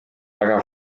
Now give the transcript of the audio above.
väga